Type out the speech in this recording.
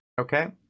Okay